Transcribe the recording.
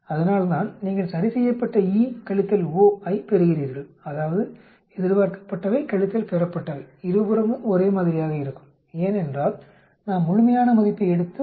அதனால்தான் நீங்கள் சரிசெய்யப்பட்ட E கழித்தல் O ஐப் பெறுகிறீர்கள் அதாவது எதிர்பார்க்கப்பட்டவை கழித்தல் பெறப்பட்டவை இருபுறமும் ஒரே மாதிரியாக இருக்கும் ஏனென்றால் நாம் முழுமையான மதிப்பை எடுத்து பின்னர் மைனஸ் 0